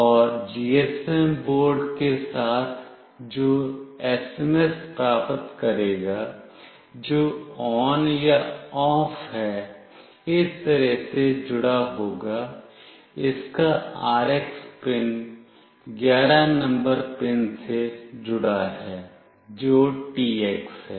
और GSM board के साथ जो एसएमएस प्राप्त करेगा जो ON या OFF है इस तरह से जुड़ा होगा इसका RX पिन 11 नंबर पिन से जुड़ा है जो TX है